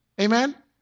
Amen